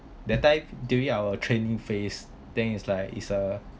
that time during our training phase think is like is a